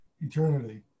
Eternity